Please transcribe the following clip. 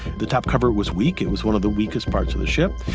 the top cover was weak. it was one of the weakest parts of the ship.